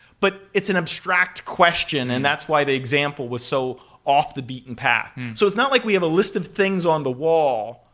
but it's an abstract question and that's why the example was so off the beaten path. so it's not like we have a list of things on the wall.